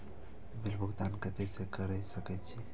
Bill भुगतान केते से कर सके छी?